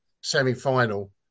semi-final